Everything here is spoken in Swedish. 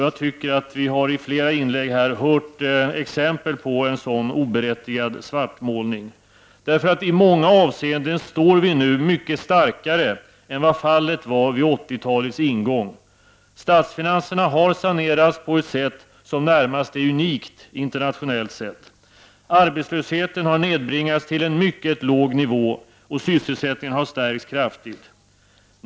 Jag tycker att vi i flera inlägg här i dag har fått exempel på en oberättigad svartmålning. I många avseenden står vi nu mycket starkare än vad fallet var vid 1980-talets ingång. Statsfinanserna har sanerats på ett sätt som är närmast unikt, internationellt sett. Arbetslösheten har nedbringats till en mycket låg nivå, och sysselsättningen har stärkts kraftigt.